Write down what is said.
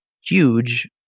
huge